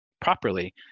properly